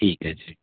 ठीकु आहे जी